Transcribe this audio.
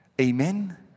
Amen